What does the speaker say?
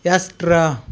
यास्ट्रा